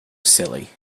silly